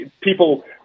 People